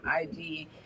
IG